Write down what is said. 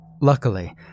Luckily